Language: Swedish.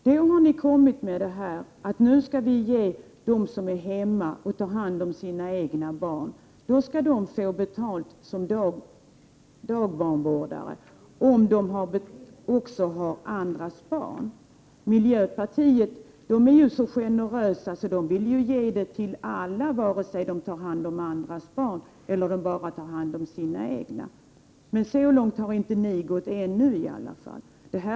Nu har ni kommit med att vi skall ge dem som är hemma och tar hand om sina egna barn betalt som dagbarnvårdare om de också tar hand om andras barn. Miljöpartiet är så generöst att man vill ge betalt till alla, vare sig de tar hand om andras barn eller bara sina egna. Så långt har inte ni gått, i alla fall inte ännu.